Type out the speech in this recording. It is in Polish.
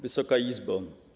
Wysoka Izbo!